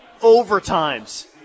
overtimes